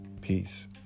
peace